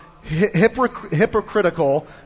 hypocritical